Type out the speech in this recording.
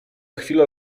chwila